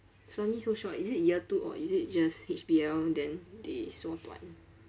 suddenly so short is it year two or is it just H_B_L then they so 短